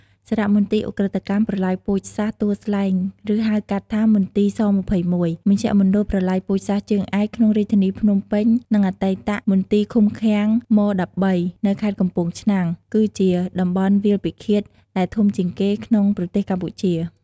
សារមន្ទីរឧក្រិដ្ឋកម្មប្រល័យពូជសាសន៍ទួលស្លែង ឬហៅកាត់ថា មន្ទីរស២១ មជ្ឈមណ្ឌលប្រល័យពូជសាសន៍ជើងឯកក្នុងរាជធានីភ្នំពេញ និងអតីតមន្ទីរឃុំឃាំង ម១៣ នៅខេត្តកំពង់ឆ្នាំង គឺជាតំបន់វាលពិឃាតដែលធំជាងគេ ក្នុងប្រទេសកម្ពុជា។